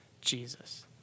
Jesus